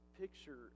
picture